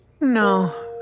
No